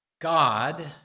God